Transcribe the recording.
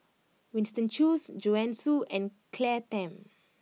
Winston Choos Joanne Soo and Claire Tham